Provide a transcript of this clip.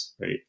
right